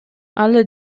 alle